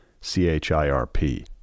C-H-I-R-P